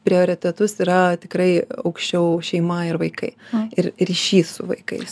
prioritetus yra tikrai aukščiau šeima ir vaikai ir ryšys su vaikais